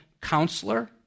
counselor